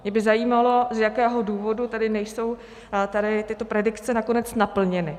Mě by zajímalo, z jakého důvodu tedy nejsou tady tyto predikce nakonec naplněny.